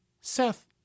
Seth